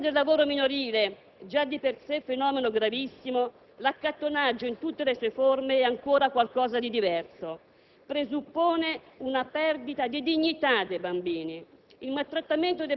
A differenza del lavoro minorile, già di per sé fenomeno gravissimo, l'accattonaggio - in tutte le sue forme - è ancora qualcosa di diverso, presuppone una perdita di dignità dei bambini.